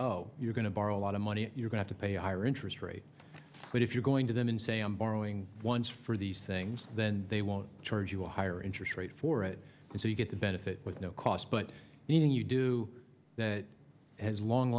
oh you're going to borrow a lot of money you're going to pay higher interest rates but if you're going to them and say i'm borrowing once for these things then they won't charge you a higher interest rate for it so you get the benefit with no cost but when you do that as long